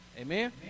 Amen